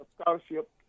scholarship